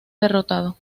derrotado